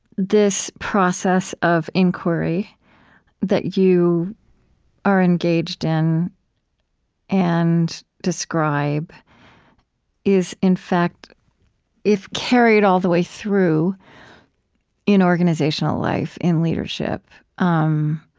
this process of inquiry that you are engaged in and describe is, in fact if carried all the way through in organizational life, in leadership, um